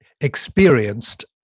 experienced